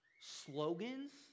slogans